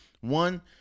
One